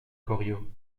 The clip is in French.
goriot